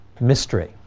mystery